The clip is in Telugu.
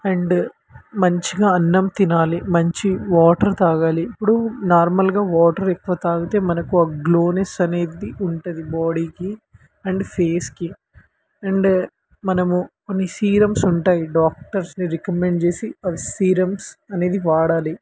అండ్ మంచిగా అన్నం తినాలి మంచి వాటర్ తాగాలి ఇప్పుడు నార్మల్గా వాటర్ ఎక్కువ తాగితే మనకు ఆ గ్లోనెస్ అనేది ఉంటుంది బాడీకి అండ్ ఫేస్కి అండ్ మనము కొన్ని సీరమ్స్ ఉంటాయి డాక్టర్స్ని రికమెండ్ చేసి అవి సీరమ్స్ అనేది వాడాలి